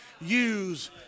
Use